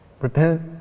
repent